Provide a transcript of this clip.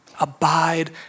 Abide